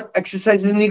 exercises